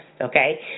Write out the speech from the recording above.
Okay